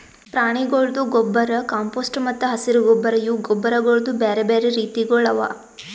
ಪ್ರಾಣಿಗೊಳ್ದು ಗೊಬ್ಬರ್, ಕಾಂಪೋಸ್ಟ್ ಮತ್ತ ಹಸಿರು ಗೊಬ್ಬರ್ ಇವು ಗೊಬ್ಬರಗೊಳ್ದು ಬ್ಯಾರೆ ಬ್ಯಾರೆ ರೀತಿಗೊಳ್ ಅವಾ